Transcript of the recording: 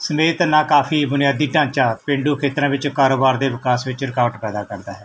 ਸਮੇਤ ਨਾ ਕਾਫੀ ਬੁਨਿਆਦੀ ਢਾਂਚਾ ਪੇਂਡੂ ਖੇਤਰਾਂ ਵਿੱਚੋਂ ਕਾਰੋਬਾਰ ਦੇ ਵਿਕਾਸ ਵਿੱਚ ਰੁਕਾਵਟ ਪੈਦਾ ਕਰਦਾ ਹੈ